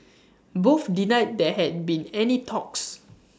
both denied there had been any talks